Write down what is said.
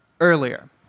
earlier